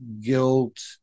guilt